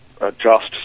adjust